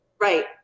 Right